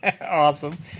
Awesome